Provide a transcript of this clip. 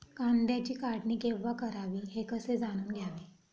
कांद्याची काढणी केव्हा करावी हे कसे जाणून घ्यावे?